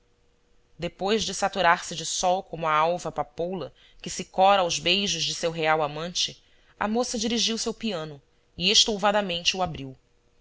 depois de saturar se de sol como a alva papoula que se cora aos beijos de seu real amante a moça dirigiu-se ao piano e estouvadamente o abriu